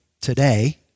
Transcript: today